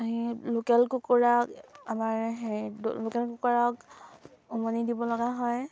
local কুকুৰা আমাৰ হেৰি লোকেল কুকুৰাক উমনি দিব লগা হয়